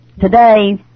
today